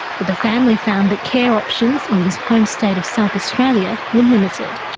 but the family found that care options in his home state of south australia were limited.